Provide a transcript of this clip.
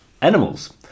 animals